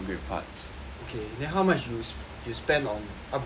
okay then how much you you spend on upgrading your